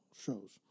shows